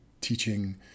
teaching